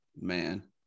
Man